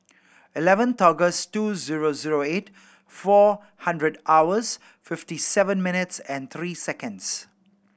eleventh August two zero zero eight four hundred hours fifty seven minutes and three seconds